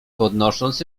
podnosząc